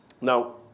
Now